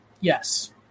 yes